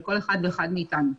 של כל אחד ואחד מאתנו.